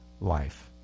life